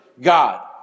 God